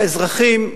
לאזרחים,